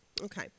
Okay